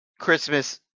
Christmas